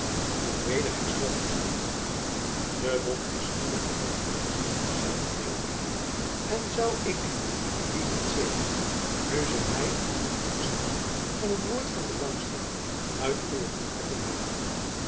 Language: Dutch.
u weder hersteld te zien de wond is spoedig geheeld geweest zeide deodaat en zou ik die niet zegenen nu zij mij het genoegen verschaft van een woord van belangstelling uit uwen mond te vernemen